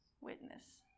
witness